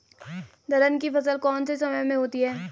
दलहन की फसल कौन से समय में होती है?